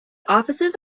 offices